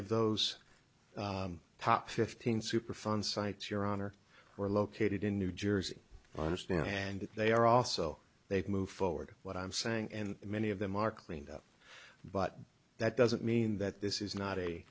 of those top fifteen superfund sites your honor or located in new jersey i understand and they are also they've moved forward what i'm saying and many of them are cleaned up but that doesn't mean that this is not